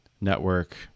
network